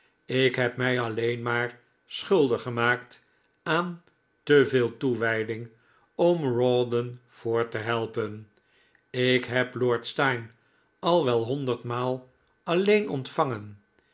ik heb mij alleen maar schuldig gemaakt aan te veel toewijding om rawdon voort te helpen ik heb lord steyne al wel honderdmaal alleen ontvangen